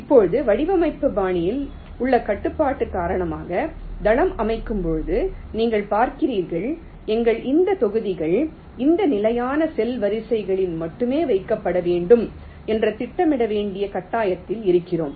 இப்போது வடிவமைப்பு பாணியில் உள்ள கட்டுப்பாடு காரணமாக தளம் அமைக்கும் போது நீங்கள் பார்க்கிறீர்கள் எங்கள் இந்த தொகுதிகள் இந்த நிலையான செல் வரிசைகளில் மட்டுமே வைக்கப்பட வேண்டும் என்று திட்டமிட வேண்டிய கட்டாயத்தில் இருக்கிறோம்